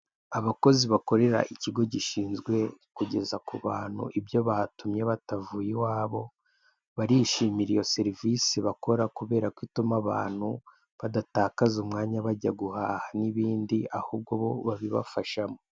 Abakozi bakorera ikigo gishinzwe kugeza ku bantu ibyo batumye batavuye iwabo, barishimira iyo serivise bakora kubera ko ituma abantu badatakaza umwanya bajya guhaha n'ibindi ahubwo bo babibafashamo.